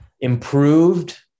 Improved